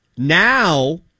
Now